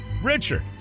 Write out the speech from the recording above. Richard